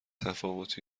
تفاوت